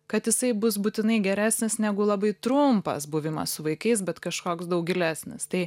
kad jisai bus būtinai geresnis negu labai trumpas buvimas su vaikais bet kažkoks daug gilesnis tai